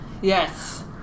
Yes